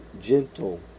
gentle